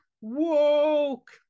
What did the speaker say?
woke